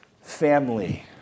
family